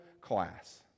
class